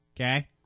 Okay